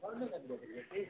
phone नहि काटि देने छलियै कि